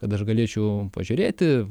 kad aš galėčiau pažiūrėti